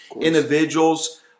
individuals